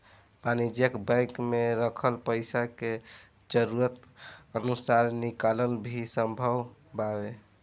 वाणिज्यिक बैंक में रखल पइसा के जरूरत अनुसार निकालल भी संभव बावे